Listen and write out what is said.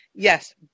Yes